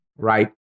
Right